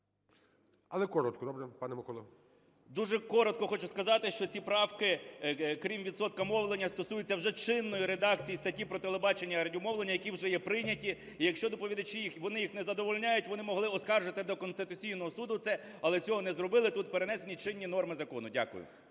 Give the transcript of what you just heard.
11:05:55 КНЯЖИЦЬКИЙ М.Л. Дуже коротко хочу сказати, що ці правки, крім відсотка мовлення, стосуються вже чинної редакції статті про телебачення і радіомовлення, які вже є прийняті. І якщо доповідачі, вони їх задовольняють, вони могли оскаржити до Конституційного Суду це, але цього не зробили. Тут перенесені чинні норми закону. Дякую.